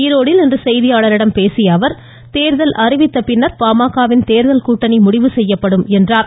ஈரோடில் இன்று செய்தியாளர்களிடம் பேசிய அவர் தேர்தல் அறிவித்த பின்னர் பாமக வின் தேர்தல் கூட்டணி முடிவு செய்யப்படும் என்றார்